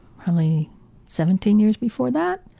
probably seventeen years before that.